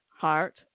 heart